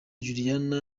juliana